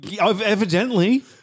evidently